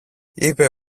είπε